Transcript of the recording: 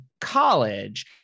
college